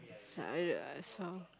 saw uh I saw